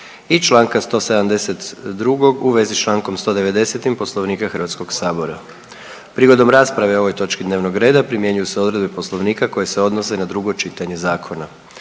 i čl. 172. u vezi s čl. 190. Poslovnika Hrvatskog sabora. Prigodom rasprave o ovoj točci dnevnog reda primjenjuju se odredbe poslovnika koje se odnose na drugo čitanje zakona.